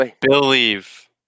believe